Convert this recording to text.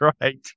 right